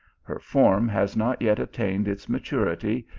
her form has not yet attained its maturity,